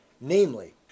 namely